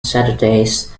saturdays